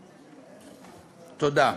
תודה.